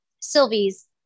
Sylvie's